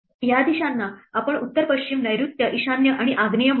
या दिशांना आपण उत्तर पश्चिम नैऋत्य ईशान्य आणि आग्नेय म्हणू या